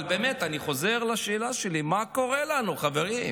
אני חוזר לשאלה שלי: מה קורה לנו, חברים?